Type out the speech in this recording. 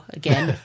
again